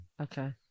Okay